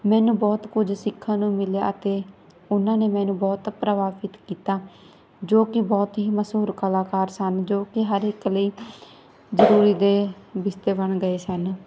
ਮੈਨੂੰ ਬਹੁਤ ਕੁਝ ਸਿੱਖਣ ਨੂੰ ਮਿਲਿਆ ਅਤੇ ਉਹਨਾਂ ਨੇ ਮੈਨੂੰ ਬਹੁਤ ਪ੍ਰਭਾਵਿਤ ਕੀਤਾ ਜੋ ਕਿ ਬਹੁਤ ਹੀ ਮਸ਼ਹੂਰ ਕਲਾਕਾਰ ਸਨ ਜੋ ਕਿ ਹਰ ਇੱਕ ਲਈ ਜ਼ਰੂਰੀ ਦੇ ਬਿਸਤੇ ਬਣ ਗਏ ਸਨ